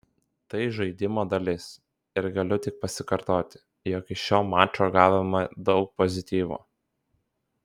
tai žaidimo dalis ir galiu tik pasikartoti jog iš šio mačo gavome daug pozityvo